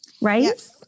right